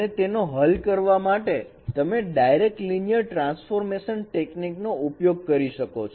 અને તેને હલ કરવા માટે તમે ડાયરેક્ટર લિનિયર ટ્રાન્સફોર્મેશન ટેકનિક નો ઉપયોગ કરી શકો છો